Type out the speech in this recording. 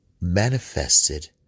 manifested